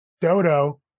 Dodo